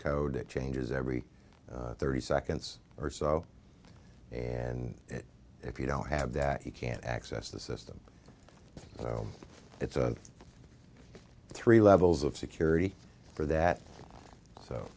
code it changes every thirty seconds or so and if you don't have that you can't access the system so it's a three levels of security for that so